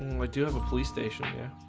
why do you have a police station here?